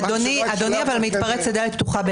אבל אדוני מתפרץ לדלת פתוחה.